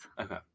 Okay